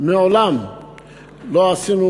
מעולם לא עשינו